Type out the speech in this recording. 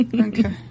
Okay